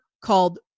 called